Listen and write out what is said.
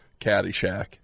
Caddyshack